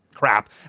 crap